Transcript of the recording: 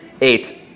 Eight